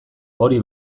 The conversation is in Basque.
hori